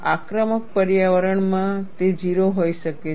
આક્રમક પર્યાવરણ માં તે 0 હોઈ શકે છે